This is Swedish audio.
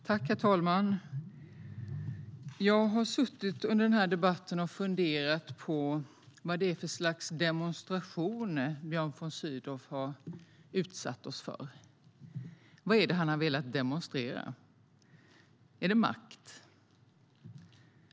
Herr talman! Jag har under debatten suttit och funderat på vad det är för slags demonstration Björn von Sydow har utsatt oss för. Vad är det han har velat demonstrera? Är det makt?